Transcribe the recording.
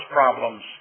problems